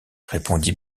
répondit